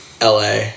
LA